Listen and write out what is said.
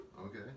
Okay